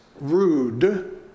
rude